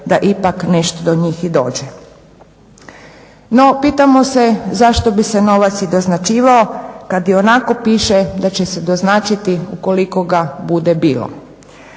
da ipak nešto do njih i dođe. No, pitamo se zašto bi se novac i doznačivao kad je ionako piše da će se doznačiti ukoliko ga bude bilo,